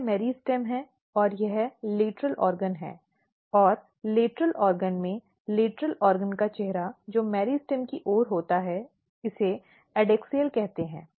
यह मेरिस्टेम है और यह लेटरल ऑर्गन है और लेटरल ऑर्गन में लेटरल ऑर्गन का चेहरा जो मेरिस्टेम की ओर होता है इसे एडैक्सियल कहते हैं